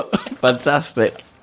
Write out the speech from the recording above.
fantastic